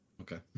okay